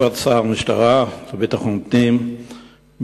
כבוד שר המשטרה וביטחון פנים,